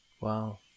Wow